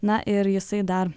na ir jisai dar